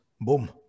Boom